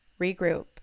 regroup